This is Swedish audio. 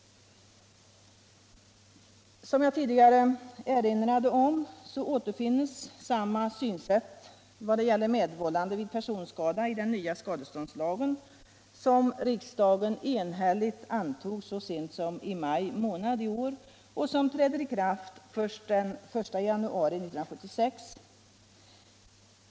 Som jag tidigare erinrade om återfinns samma synsätt i vad gäller medvållande vid personskada i den nya skadeståndslagen, som riksdagen enhälligt antog så sent som i maj månad i år och som träder i kraft först den 1 januari 1976.